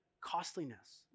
costliness